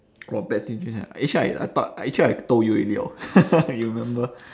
orh bad situation actually I I thought actually I told you already hor you remember